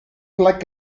like